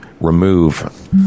remove